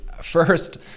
First